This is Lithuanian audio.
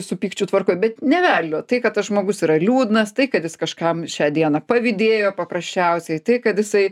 su pykčiu tvarkoj bet nė velnio tai kad tas žmogus yra liūdnas tai kad jis kažkam šią dieną pavydėjo paprasčiausiai tai kad jisai